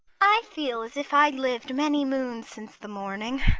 i feel as if i'd lived many moons since the morning.